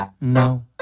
no